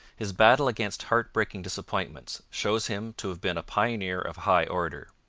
his battle against heartbreaking disappointments shows him to have been a pioneer of high order.